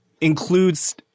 includes